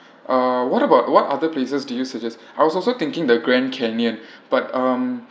uh what about what other places do you suggest I was also thinking the grand canyon but um